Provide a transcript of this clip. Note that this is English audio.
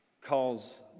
calls